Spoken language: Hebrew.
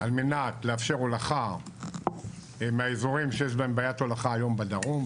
על מנת לאפשר הולכה מהאזורים שיש להם בעיית הולכה היום בדרום,